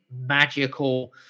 magical